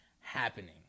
happening